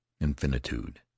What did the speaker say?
infinitude